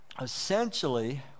essentially